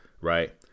right